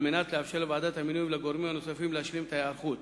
על מנת לאפשר לוועדת המינויים ולגורמים הנוספים להשלים את ההיערכות.